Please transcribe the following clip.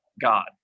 God